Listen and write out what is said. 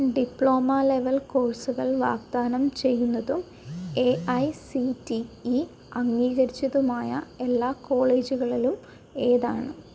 diploma level കോഴ്സുകൾ വാഗ്ദാനം ചെയ്യുന്നതും A I C T E അംഗീകരിച്ചതുമായ എല്ലാ കോളേജുകളിലും ഏതാണ്